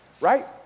right